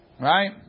Right